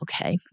okay